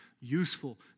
useful